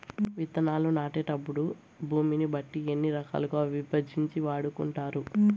విత్తనాలు నాటేటప్పుడు భూమిని బట్టి ఎన్ని రకాలుగా విభజించి వాడుకుంటారు?